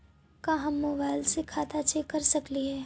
का हम मोबाईल से खाता चेक कर सकली हे?